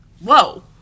whoa